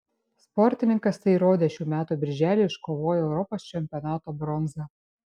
sportininkas tai įrodė šių metų birželį iškovoję europos čempionato bronzą